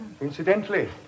Incidentally